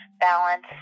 balance